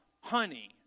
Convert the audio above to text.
honey